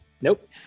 Nope